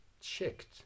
checked